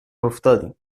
افتادیم